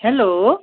hello